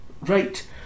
Right